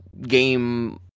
game